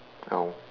oh